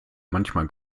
manchmal